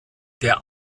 der